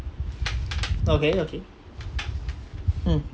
okay okay mm